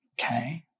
Okay